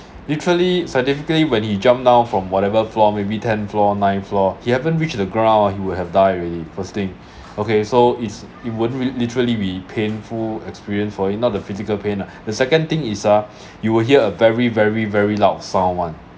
literally scientifically when he jumped down from whatever floor maybe tenth floor nine floor he haven't reached the ground ah he would have died already first thing okay so it's it wouldn't li~ literally be painful experience for him not the physical pain lah the second thing is ah you will hear a very very very loud sound [one]